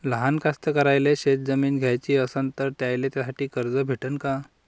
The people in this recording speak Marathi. लहान कास्तकाराइले शेतजमीन घ्याची असन तर त्याईले त्यासाठी कर्ज भेटते का?